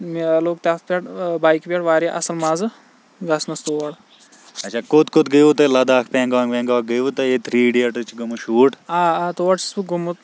مےٚ لوٚگ تَتھ پؠٹھ بایکہِ پؠٹھ وارِیاہ اصٕل مَزٕ گَژھنَس تور اَچھا کوٚت گٔیوٕ تُہۍ لَداخ پیٚنگانگ ویٚنگانگ گٔیوا تُہۍ ییٚتہِ تھری ایڈیَٹٕس چھِ گٔمٕژ شوٹ آ آ تور چھُس بہٕ گوٚمُت